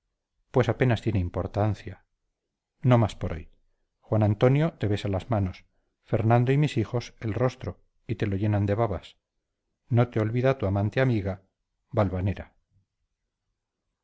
pues apenas tiene importancia no más por hoy juan antonio te besa las manos fernando y mis hijos el rostro y te lo llenan de babas no te olvida tu amante amiga valvanera